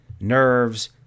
nerves